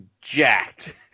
jacked